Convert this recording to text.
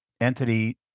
entity